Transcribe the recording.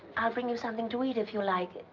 i'll bring you something to eat, if you like.